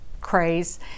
craze